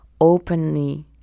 openly